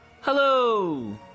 hello